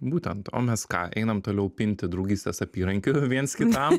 būtent o mes ką einam toliau pinti draugystės apyrankių viens kitam